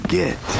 get